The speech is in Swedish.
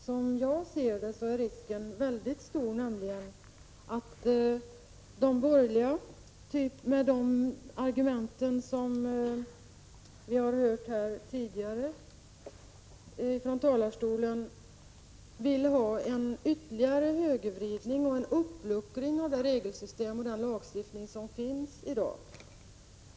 Som jag ser det är risken nämligen mycket stor att de borgerliga, att döma av de argument som vi har hört här tidigare, vill ha en ytterligare högervridning och uppluckring av det regelsystem och den lagstiftning som finns i dag.